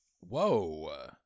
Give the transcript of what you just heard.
whoa